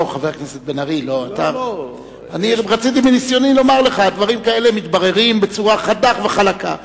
לומר לך שדברים כאלה מתבררים בצורה חדה וחלקה.